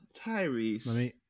Tyrese